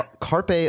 Carpe